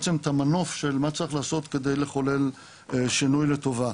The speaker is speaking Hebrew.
המנוף של מה צריך לעשות כדי לחולל שינוי לטובה.